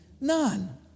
None